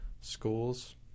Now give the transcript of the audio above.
schools